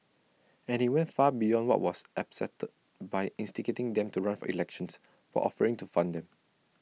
and he went far beyond what was acceptable by instigating them to run for elections while offering to fund them